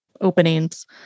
openings